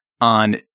on